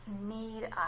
need